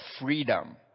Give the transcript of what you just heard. freedom